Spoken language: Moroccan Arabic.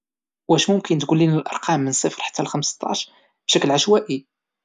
واش ممكن تقول لينا الأرقام من صفر حتى لخمسطاعش بشكل عشوائي؟